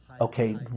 okay